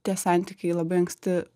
tie santykiai labai anksti